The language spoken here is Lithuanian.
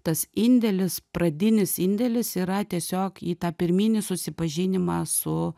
tas indėlis pradinis indėlis yra tiesiog į tą pirminį susipažinimą su